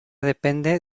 depende